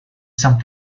some